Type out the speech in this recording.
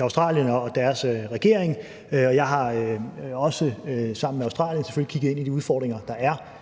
Australien og deres regering. Jeg har også sammen med Australien selvfølgelig kigget ind i de udfordringer, der er.